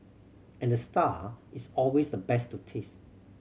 and the star is always the best to taste